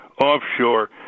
offshore